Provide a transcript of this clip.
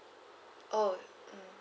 oh